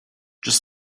just